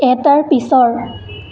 এটাৰ পিছৰ